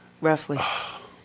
roughly